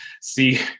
see